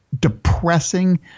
depressing